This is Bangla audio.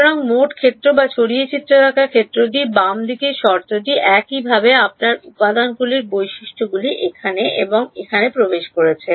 সুতরাং মোট ক্ষেত্র বা ছড়িয়ে ছিটিয়ে থাকা ক্ষেত্রটি বাম দিকের শর্তটি একইভাবে আপনার উপাদানগুলির বৈশিষ্ট্যগুলি এখানে এবং এখানে প্রবেশ করছে